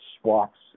swaps